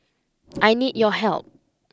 I need your help